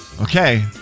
Okay